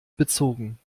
bezogen